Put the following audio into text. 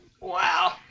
Wow